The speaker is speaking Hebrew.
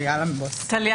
הישיבה ננעלה בשעה 11:25.